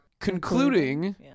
concluding